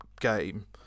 game